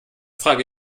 frage